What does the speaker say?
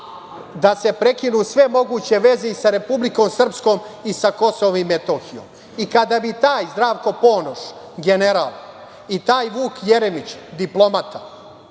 da se prekinu sve moguće veze sa Republikom Srpskom i sa Kosovom i Metohijom. Kada bi taj Zdravko Ponoš, general i taj Vuk Jeremić, diplomata,